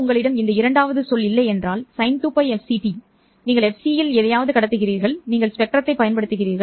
உங்களிடம் இந்த இரண்டாவது சொல் இல்லையென்றால் sin2Лfct நீங்கள் fc இல் எதையாவது கடத்துகிறீர்கள் நீங்கள் ஸ்பெக்ட்ரத்தைப் பயன்படுத்துகிறீர்கள்